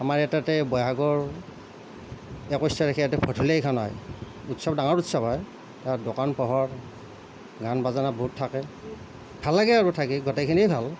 আমাৰ তাতে বহাগৰ একৈছ তাৰিখে ইয়াতে ভঠেলিখন হয় উৎসৱ ডাঙৰ উৎসৱ হয় তাত দোকান পোহৰ গান বাজানা বহুত থাকে ভাল লাগে আৰু থাকি গোটেইখিনি ভাল